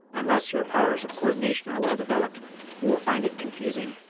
unless your powers of coordination are well developed you will find it confusing,